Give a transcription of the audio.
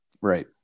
Right